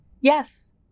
Yes